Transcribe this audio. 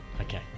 Okay